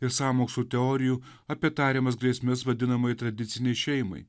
ir sąmokslo teorijų apie tariamas grėsmes vadinamai tradicinei šeimai